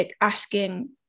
asking